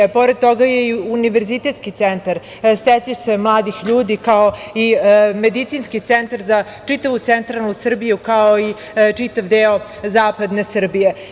Pored toga je i univerzitetski centar, stecište mladih ljudi, kao i medicinski centar za čitavu centralnu Srbiju, kao i čitav deo zapadne Srbije.